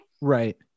Right